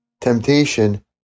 temptation